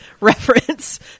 reference